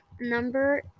number